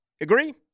Agree